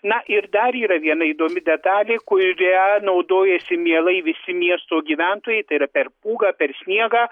na ir dar yra viena įdomi detalė kuria naudojasi mielai visi miesto gyventojai tai yra per pūgą per sniegą